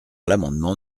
l’amendement